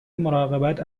مراقبت